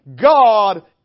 god